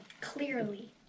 Clearly